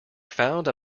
found